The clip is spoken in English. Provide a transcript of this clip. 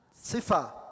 Sifa